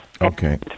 Okay